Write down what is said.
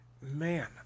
Man